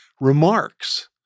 remarks